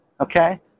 okay